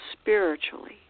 spiritually